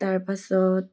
তাৰ পাছত